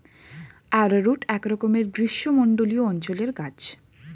arrowroot একরকমের গ্রীষ্মমণ্ডলীয় অঞ্চলের গাছ